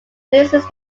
releases